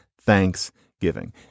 Thanksgiving